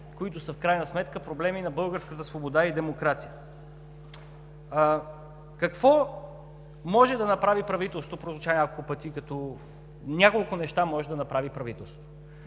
които са в крайна сметка проблеми на българската свобода и демокрация. „Какво може да направи правителството?“ – прозвуча няколко пъти. Няколко неща може да направи правителството.